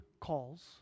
calls